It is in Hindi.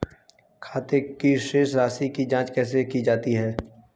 खाते की शेष राशी की जांच कैसे की जाती है?